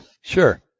Sure